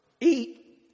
Eat